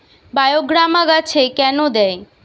বায়োগ্রামা গাছে কেন দেয়?